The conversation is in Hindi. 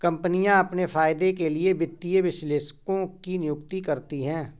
कम्पनियाँ अपने फायदे के लिए वित्तीय विश्लेषकों की नियुक्ति करती हैं